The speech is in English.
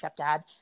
stepdad